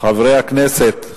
חברי הכנסת.